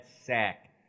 sack